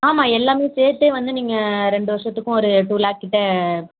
ஆமாம் எல்லாமே சேர்த்தே வந்து நீங்கள் ரெண்டு வருஷத்துக்கும் ஒரு டூ லேக் கிட்ட